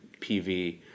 PV